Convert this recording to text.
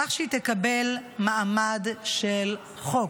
כך שהיא תקבל מעמד של חוק.